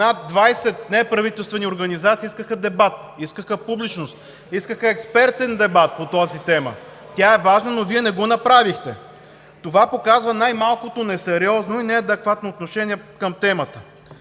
Над 20 неправителствени организации искаха дебат, искаха публичност, искаха експертен дебат по тази тема. Тя е важна, но Вие не го направихте. Това показва най-малко несериозно и неадекватно отношение към темата.